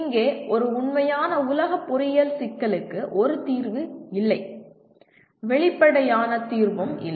இங்கே ஒரு உண்மையான உலக பொறியியல் சிக்கலுக்கு ஒரு தீர்வு இல்லை வெளிப்படையான தீர்வும் இல்லை